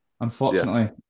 Unfortunately